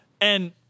And-